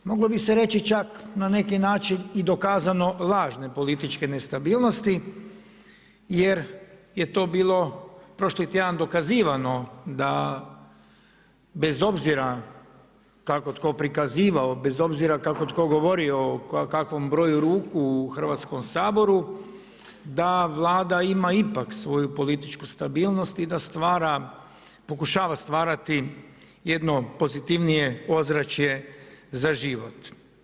Moglo bi se reći čak na neki način i dokazano lažne političke nestabilnosti jer je to bilo prošli tjedan dokazivano da bez obzira kako tko prikazivao, bez obzira kako tko govorio o kakvom broju ruku u Hrvatskom saboru da Vlada ima ipak svoju političku stabilnost i da stvara, pokušava stvarati jedno pozitivnije ozračje za život.